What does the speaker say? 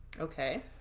Okay